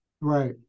Right